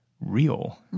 real